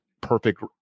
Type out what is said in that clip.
perfect